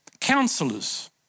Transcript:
Counselors